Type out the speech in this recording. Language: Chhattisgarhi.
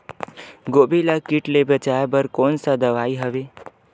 गोभी ल कीट ले बचाय बर कोन सा दवाई हवे?